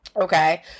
okay